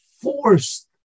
forced